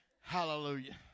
Hallelujah